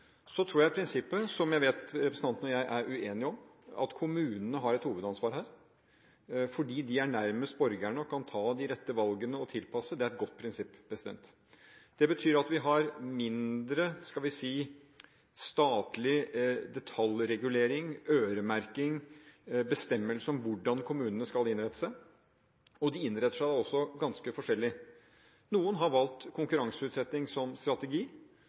tror det prinsippet som jeg vet representanten og jeg er uenige om, at kommunene har et hovedansvar her, fordi de er nærmest borgerne og kan ta de rette valgene og tilpasse, er et godt prinsipp. Det betyr at vi har mindre – skal vi si – statlig detaljregulering og øremerking og færre bestemmelser om hvordan kommunene skal innrette seg. De innretter seg da også ganske forskjellig. Noen har valgt konkurranseutsetting som strategi.